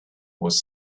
was